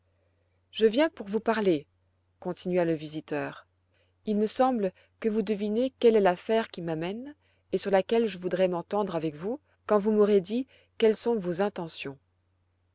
je viens pour vous parler continua le visiteur il me semble que vous devez deviner quelle est l'affaire qui m'amène et sur laquelle je voudrais m'entendre avec vous quand vous m'aurez dit quelles sont vos intentions